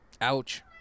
Ouch